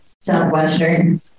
Southwestern